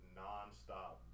non-stop